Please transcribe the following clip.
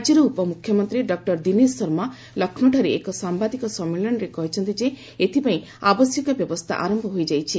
ରାଜ୍ୟର ଉପମୁଖ୍ୟମନ୍ତ୍ରୀ ଡକୁର ଦିନେଶ ଶର୍ମା ଲକ୍ଷ୍ମୌଠାରେ ଏକ ସାମ୍ବାଦିକ ସମ୍ମିଳନୀରେ କହିଛନ୍ତି ଯେ ଏଥିପାଇଁ ଆବଶ୍ୟକ ବ୍ୟବସ୍ଥା ଆରମ୍ଭ ହୋଇଯାଇଛି